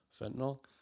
Fentanyl